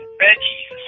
veggies